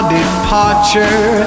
departure